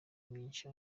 myinshi